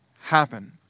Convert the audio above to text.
happen